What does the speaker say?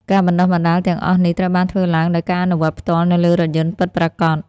ការបណ្តុះបណ្តាលទាំងអស់នេះត្រូវបានធ្វើឡើងដោយការអនុវត្តផ្ទាល់នៅលើរថយន្តពិតប្រាកដ។